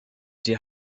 die